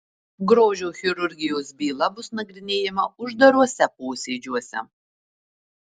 grožio chirurgijos byla bus nagrinėjama uždaruose posėdžiuose